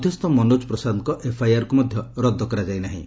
ମଧ୍ୟସ୍ଥ ମନୋଜ ପ୍ରସାଦଙ୍କ ଏଫ୍ଆଇଆର୍କୁ ମଧ୍ୟ ରଦ୍ଦ କରାଯାଇ ନାହିଁ